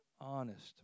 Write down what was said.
honest